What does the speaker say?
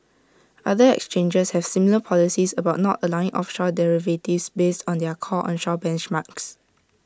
other exchanges have similar policies about not allowing offshore derivatives based on their core onshore benchmarks